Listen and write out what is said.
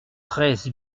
treize